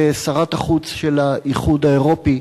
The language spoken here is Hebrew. ושרת החוץ של האיחוד האירופי,